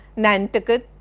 nantucket,